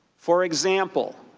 for example,